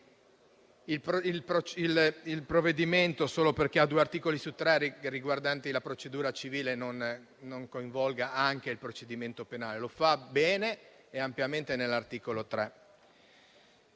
il provvedimento solo perché ha due articoli su tre riguardanti la procedura civile non coinvolga anche il procedimento penale; lo fa bene e ampiamente nell'articolo 3.